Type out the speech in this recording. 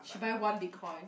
she buy one Bitcoin